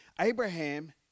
Abraham